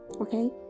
okay